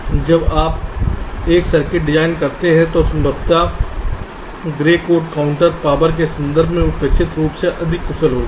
इसलिए जब आप एक सर्किट डिज़ाइन करते हैं तो संभवत ग्रे कोड काउंटर पावर के संदर्भ में अपेक्षित रूप से अधिक कुशल होगा